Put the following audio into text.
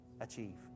achieve